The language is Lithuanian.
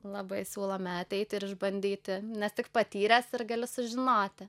labai siūlome ateiti ir išbandyti nes tik patyręs ir gali sužinoti